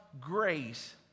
grace